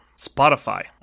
Spotify